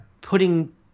putting